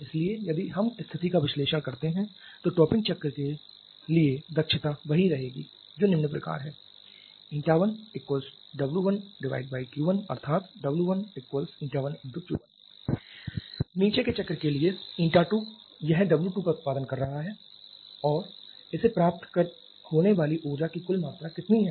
इसलिए यदि हम स्थिति का विश्लेषण करते हैं तो टॉपिंग चक्र के लिए दक्षता वही रहती है जो निम्न प्रकार है 1W1Q1 ie W11Q1 नीचे के चक्र के लिए η2 यह W2 का उत्पादन कर रहा है और इसे प्राप्त होने वाली ऊर्जा की कुल मात्रा कितनी है